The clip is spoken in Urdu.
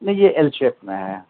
نہیں یہ ایل شیپ میں ہے